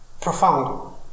profound